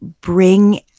bring